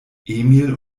emil